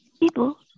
people